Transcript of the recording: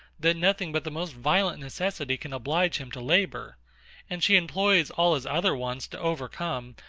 that nothing but the most violent necessity can oblige him to labour and she employs all his other wants to overcome,